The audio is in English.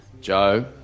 Joe